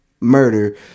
murder